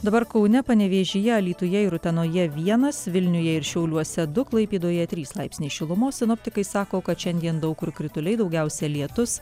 dabar kaune panevėžyje alytuje ir utenoje vienas vilniuje ir šiauliuose du klaipėdoje trys laipsniai šilumos sinoptikai sako kad šiandien daug kur krituliai daugiausiai lietus